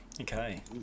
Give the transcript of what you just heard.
Okay